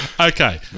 Okay